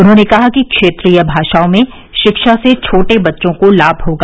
उन्होंने कहा कि क्षेत्रीय भाषाओं में शिक्षा से छोटे बच्चों को लाभ होगा